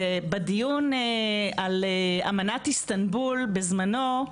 בדיון על אמנת איסטנבול בזמנו,